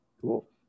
Cool